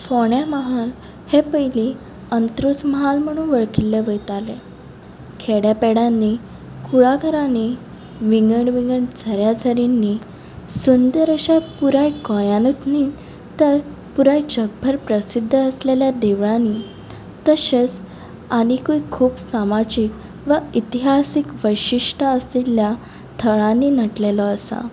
फोंड्या म्हाल हे पयलीं अंत्रूज म्हाल म्हणून वळखिल्लें वयतालें खेडापेडांनी कुळागरांनी विंगड विंगड झऱ्या झरींनी सुंदर अशें पुराय गोंयांतूच न्ही तर पुराय जगभर प्रसिध्द आसलेल्या देवळांनी तशेंच आनीकूय खूब सामाजीक वा इतिहासीक वैशिश्ट आशिल्ल्या थळांनी नटलेलो आसा